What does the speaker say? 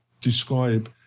describe